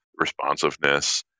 responsiveness